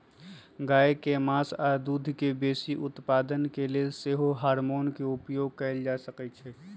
गाय के मास आऽ दूध के बेशी उत्पादन के लेल सेहो हार्मोन के उपयोग कएल जाइ छइ